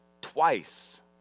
twice